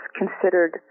considered